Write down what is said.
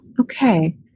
Okay